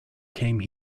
came